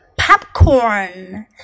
Popcorn